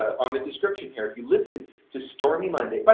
on the description here, if you listen to stormy monday, but